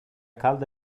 calda